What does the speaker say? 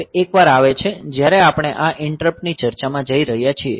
તે એકવાર આવે છે જ્યારે આપણે આ ઈંટરપ્ટ ની ચર્ચામાં જઈ રહ્યા છીએ